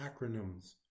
acronyms